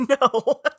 no